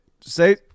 say